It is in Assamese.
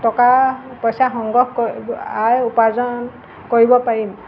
টকা পইচা সংগ্ৰহ কৰি আই উপাৰ্জন কৰিব পাৰিম